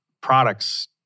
products